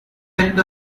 tempt